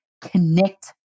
connect